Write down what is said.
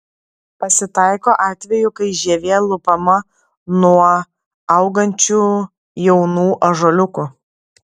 pasitaiko atvejų kai žievė lupama nuo augančių jaunų ąžuoliukų